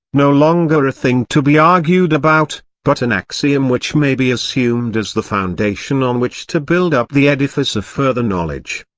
no longer a thing to be argued about, but an axiom which may be assumed as the foundation on which to build up the edifice of further knowledge.